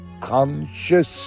conscious